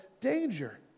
danger